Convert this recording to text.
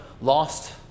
lost